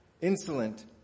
Insolent